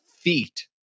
feet